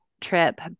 trip